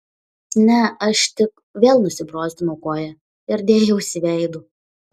ne aš tik vėl nusibrozdinau koją ir dėjausi veidu